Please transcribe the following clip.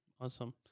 awesome